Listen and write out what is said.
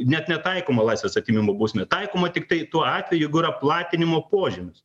net netaikoma laisvės atėmimo bausmė taikoma tiktai tuo atveju jeigu yra platinimo požymis